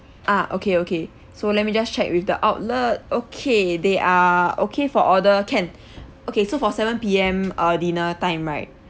ah okay okay so let me just check with the outlet okay they are okay for order can okay so for seven P_M uh dinner time right